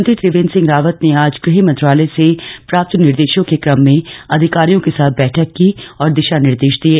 मुख्यमंत्री त्रिवेंद्र रावत ने आज गृह मंत्रालय से प्राप्त निर्देशों के क्रम में अधिकारियों के साथ बैठक की और दिशा निर्देश दिये